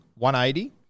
180